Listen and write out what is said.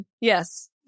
Yes